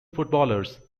footballers